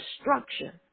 structure